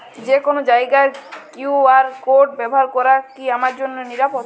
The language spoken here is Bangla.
যে কোনো জায়গার কিউ.আর কোড ব্যবহার করা কি আমার জন্য নিরাপদ?